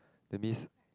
that means